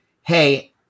hey